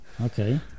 okay